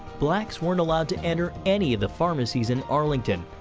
blacks weren't allowed to enter any of the pharmacies in arlington.